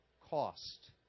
cost